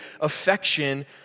affection